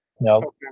No